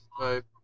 type